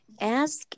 Ask